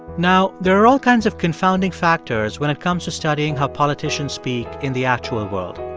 now, there are all kinds of confounding factors when it comes to studying how politicians speak in the actual world,